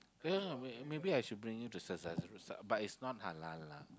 yeah wait maybe I should bring you to Saizeriya but is not halal lah